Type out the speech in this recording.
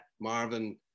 Marvin